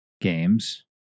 games